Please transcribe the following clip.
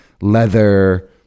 leather